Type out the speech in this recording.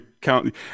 count